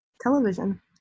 television